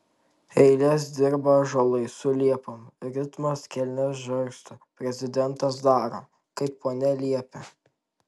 eiles dirba ąžuolai su liepom ritmas kelnes žargsto prezidentas daro kaip ponia liepia